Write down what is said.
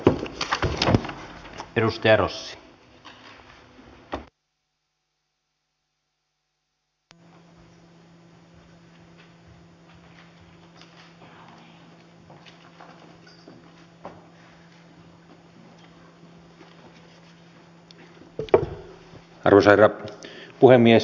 arvoisa herra puhemies